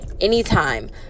Anytime